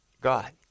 God